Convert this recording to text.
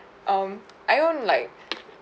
um I own like